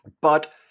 But-